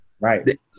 Right